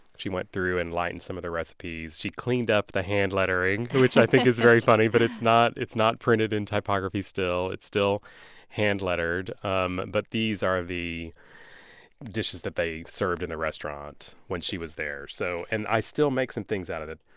she went through and lightened some of the recipes. she cleaned up the hand lettering, which i think is very funny. but it's not it's not printed in typography it's still hand-lettered. um but these are the dishes that they served in the restaurant when she was there. so and i still make some things out of it.